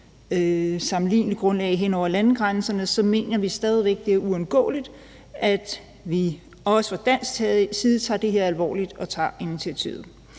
sammenligneligt grundlag hen over landegrænserne, så mener vi stadig væk, det er uundgåeligt, at vi også fra dansk side tager det her alvorligt og tager initiativet.